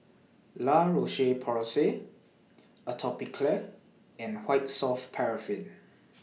La Roche Porsay Atopiclair and White Soft Paraffin